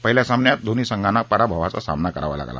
पहिल्या सामन्यात दोन्ही संघाना पराभवाचा सामना करावा लागला